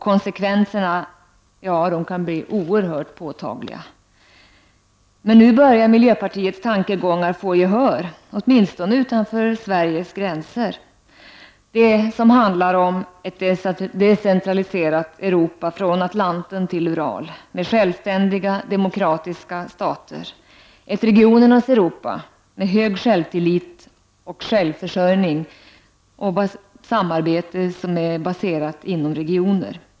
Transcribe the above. Konsekvenserna kan bli oerhört påtagliga. Men nu börjar miljöpartiets tankegångar få gehör — åtminstone utanför Sveriges gränser. Dessa tankegångar handlar om ett decentraliserat Europa från Atlanten till Ural med självständiga demokratiska stater. Det handlar om ett regionernas Europa med hög självtillit och självförsörjning och med ett samarbete baserat inom regioner.